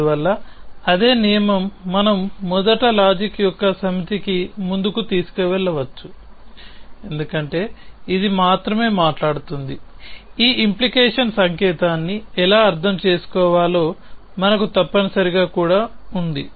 అందువల్ల అదే నియమం మనము మొదటి లాజిక్ యొక్క సమితికి ముందుకు తీసుకెళ్లవచ్చు ఎందుకంటే ఇది మాత్రమే మాట్లాడుతోంది ఈ ఇంప్లికేషన్ సంకేతాన్ని ఎలా అర్థం చేసుకోవాలో మనకు తప్పనిసరిగా కూడా ఉంది